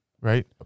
Right